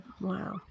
Wow